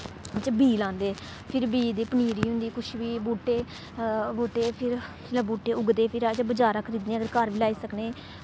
ओह्दे च बीऽ लांदे फिर बीऽ दी पनीरी होंदी कुछ बी बूह्टे बूह्टे फिर जिसलै बूह्टे उगदे फ्हिर अस बजारा खरीदने अगर घर बी लाई सकनें